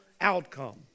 outcome